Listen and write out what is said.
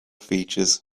features